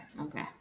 okay